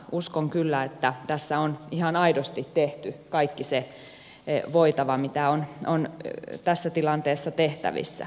uskon kyllä että tässä on ihan aidosti tehty kaikki se voitava mitä on tässä tilanteessa tehtävissä